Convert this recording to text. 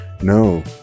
no